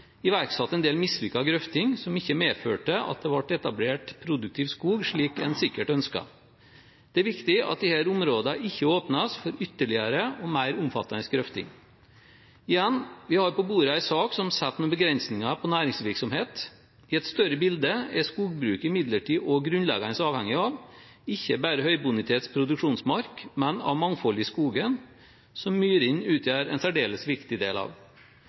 iverksatt en del mislykket grøfting, som ikke medførte at det ble etablert produktiv skog, slik en sikkert ønsket. Det er viktig at disse områdene ikke åpnes for ytterligere og mer omfattende grøfting. Igjen: Vi har på bordet en sak som setter noen begrensninger for næringsvirksomhet. I et større bilde er skogbruk imidlertid også grunnleggende avhengig ikke bare av høybonitets produksjonsmark, men av mangfoldet i skogen, som myrene utgjør en særdeles viktig del av.